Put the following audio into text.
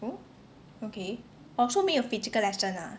oh ok oh so 没有 physical lesson ah